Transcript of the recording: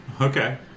Okay